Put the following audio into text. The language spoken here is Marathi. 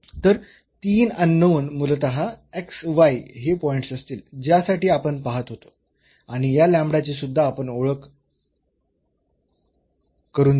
तर 3 अननोन मूलतः हे पॉईंट्स असतील ज्यासाठी आपण पाहत होतो आणि या ची सुद्धा आपण ओळख करून दिली